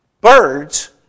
Birds